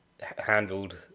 handled